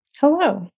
Hello